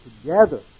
together